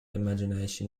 imagination